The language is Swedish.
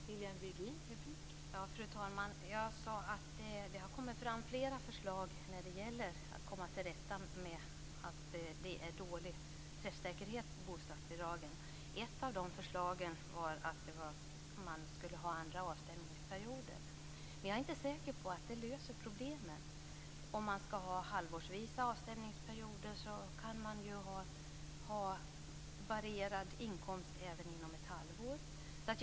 Fru talman! Jag sade att det har kommit fram flera förslag när det gäller att komma till rätta med den dåliga träffsäkerheten på bostadsbidragen. Ett av förslagen är att det skall vara andra avstämningsperioder, men jag är inte så säker på att det löser problemen. Om man har halvårsvisa avstämningsperioder finns det ju de som har varierad inkomst även inom ett halvår.